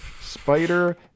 Spider